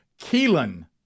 Keelan